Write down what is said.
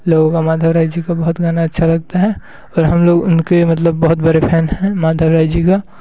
लोगों का माधव राय जी गाना बहुत गाना अच्छा लागता है और हम लोग उनके मतलब बहुत बड़े फैन हैं माधव राय जी का